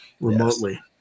remotely